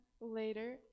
later